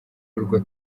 urwo